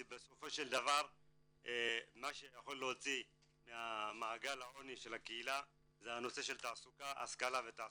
כי בסופו של דבר מה שיכול להוציא ממעגל העוני זה נושא השכלה ותעסוקה.